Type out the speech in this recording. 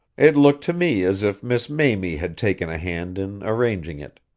it looked to me as if miss mamie had taken a hand in arranging it.